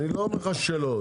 אני לא אומר לך שלא,